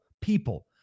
people